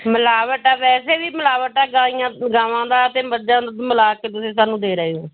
ਮਿਲਾਵਟ ਆ ਵੈਸੇ ਵੀ ਮਿਲਾਵਟ ਆ ਗਾਈਆਂ ਗਾਵਾਂ ਦਾ ਅਤੇ ਮੱਝਾਂ ਦਾ ਦੁੱਧ ਮਿਲਾ ਕੇ ਤੁਸੀਂ ਸਾਨੂੰ ਦੇ ਰਹੇ ਹੋ